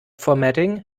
formatting